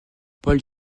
paul